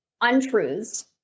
untruths